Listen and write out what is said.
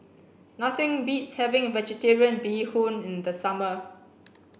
nothing beats having vegetarian bee hoon in the summer